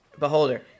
Beholder